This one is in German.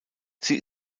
sie